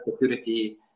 security